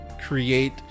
create